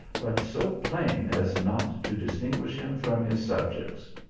but so plain as not to dis tinguish him from his subjects.